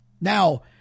now